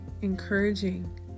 encouraging